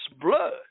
blood